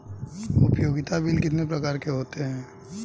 उपयोगिता बिल कितने प्रकार के होते हैं?